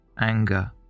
Anger